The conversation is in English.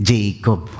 Jacob